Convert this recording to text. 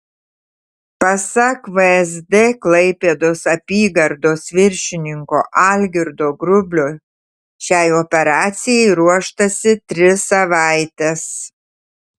pasak vsd klaipėdos apygardos viršininko algirdo grublio šiai operacijai ruoštasi tris savaites